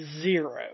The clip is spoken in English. zero